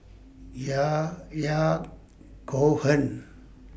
Yahya Cohen